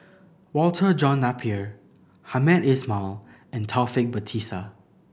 Walter John Napier Hamed Ismail and Taufik Batisah